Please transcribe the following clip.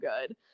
good